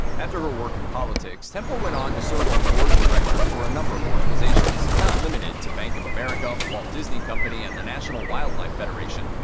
after her work in politics, temple went on to serve on the board of directors for a number of organizations, not limited to bank of america, the walt disney company, and the national wildlife federation.